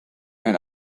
and